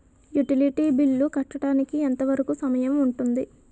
Utility bill కట్టడానికి ఎంత వరుకు సమయం ఉంటుంది?